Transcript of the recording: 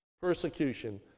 persecution